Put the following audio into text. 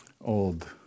old